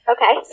Okay